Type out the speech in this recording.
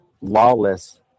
lawless